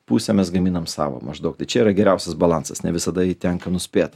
pusę mes gaminam savo maždaug tai čia yra geriausias balansas ne visada jį tenka nuspėt